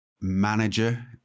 manager